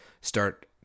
start